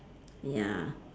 ya